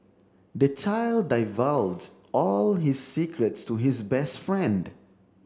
the child divulged all his secrets to his best friend